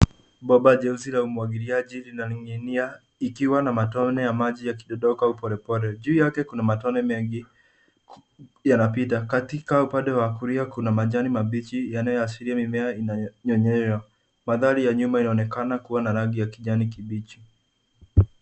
Bomba jeusi la umwagiliaji linaning'inia ikiwa na matone ya maji yakidondoka upolepole. Juu yake kuna matone mengi yanapita, katika upande wa kulia kuna majani mabichi yanayoshiria mimea ina nyonyoyo. Mandhari ya nyuma inaonekana kuwa na rangi ya kijani kibichi.